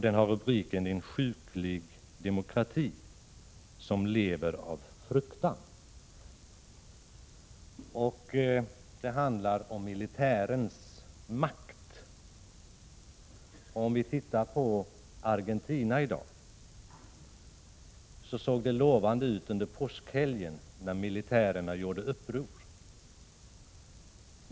Den har rubriken ”En sjuklig demokrati som lever av fruktan” och handlar om militärens makt. I Argentina såg det lovande ut när militärernas uppror under påskhelgen avstyrdes.